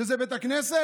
שזה בית הכנסת?